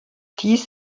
dies